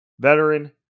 veteran